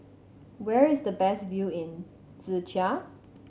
where is the best view in Czechia